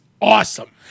awesome